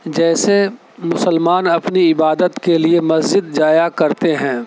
جیسے مسلمان اپنی عبادت کے لیے مسجد جایا کرتے ہیں